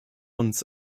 uns